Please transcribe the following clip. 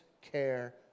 care